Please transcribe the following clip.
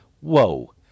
whoa